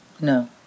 No